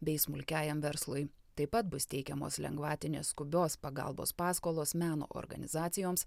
bei smulkiajam verslui taip pat bus teikiamos lengvatinės skubios pagalbos paskolos meno organizacijoms